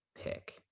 pick